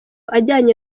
ajyanye